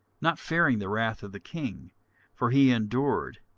not fearing the wrath of the king for he endured,